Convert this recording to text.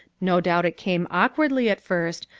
no doubt it came awkwardly at first,